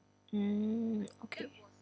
mm okay